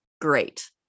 great